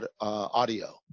audio